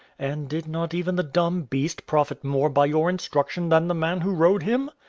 and did not even the dumb beast profit more by your instruction than the man who rode him?